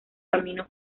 camino